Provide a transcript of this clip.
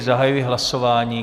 Zahajuji hlasování.